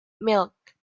milk